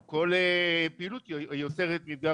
הוא כל פעילות היוצרת מפגע ריח.